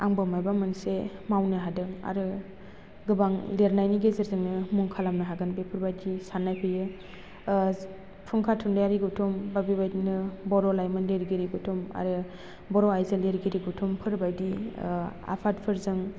आंबो माबा मोनसे मावनो हादों आरो गोबां लिरनायनि गेजेरजोंनो मुं खालामनो हागोन बेफोरबायदि सान्नाय फैयो फुंखा थुनलाइयारि गौथुम बा बेबायदिनो बर' लाइमोन लिरगिरि गौथुम आरो बर' आइजो लिरगिरि गौथुमफोरबायदि आफादफोरजों